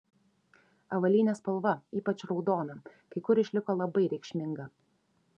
avalynės spalva ypač raudona kai kur išliko labai reikšminga